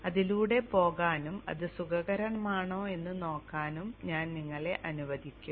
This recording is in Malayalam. അതിനാൽ അതിലൂടെ പോകാനും അത് സുഖകരമാണോ എന്ന് നോക്കാനും ഞാൻ നിങ്ങളെ അനുവദിക്കും